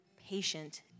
patient